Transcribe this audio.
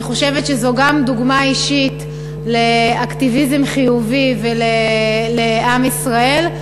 אני חושבת שזו גם דוגמה אישית לאקטיביזם חיובי לעם ישראל,